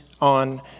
on